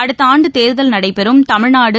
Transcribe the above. அடுத்த ஆண்டு தேர்தல் நடைபெறும் தமிழ்நாடு